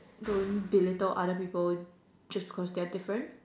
don't belittle other people just because they are different